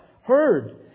heard